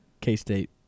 K-State